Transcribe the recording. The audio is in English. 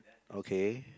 okay